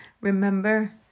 Remember